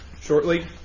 shortly